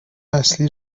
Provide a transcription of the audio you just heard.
اصلی